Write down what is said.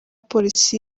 polisi